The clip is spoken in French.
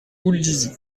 houldizy